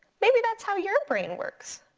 maybe that's how your brain works.